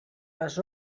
les